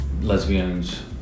lesbians